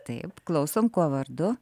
taip klausom kuo vardu